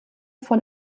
von